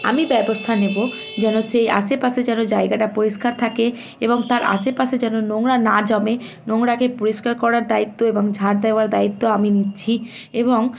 আমি ব্যবস্থা নেব যেন সেই আশেপাশে যেন জায়গাটা পরিষ্কার থাকে এবং তার আশেপাশে যেন নোংরা না জমে নোংরাকে পরিষ্কার করার দায়িত্ব এবং ঝাঁট দেওয়ার দায়িত্ব আমি নিচ্ছি এবং